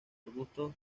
arbustos